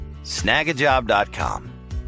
Snagajob.com